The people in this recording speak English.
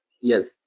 Yes